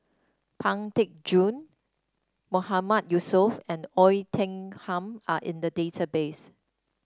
Pang Teck Joon Mahmood Yusof and Oei Tiong Ham are in the database